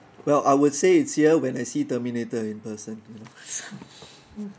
well I would say it's here when I see terminator in person you know